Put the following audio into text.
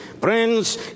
friends